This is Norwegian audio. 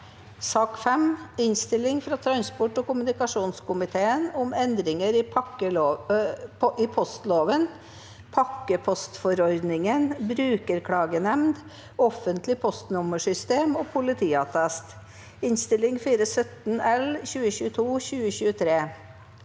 2023 Innstilling fra transport- og kommunikasjonskomiteen om Endringer i postloven (pakkepostforordningen, brukerklagenemnd, offentlig postnummersystem og politiattest) (Innst. 417 L (2022–2023),